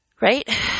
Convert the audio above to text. Right